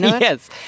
Yes